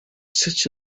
such